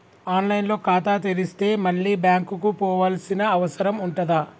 On line లో ఖాతా తెరిస్తే మళ్ళీ బ్యాంకుకు పోవాల్సిన అవసరం ఉంటుందా?